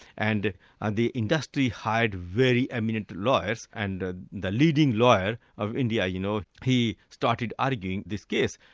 and and the industry hired very eminent lawyers, and ah the leading lawyer of india, you know he started arguing this case.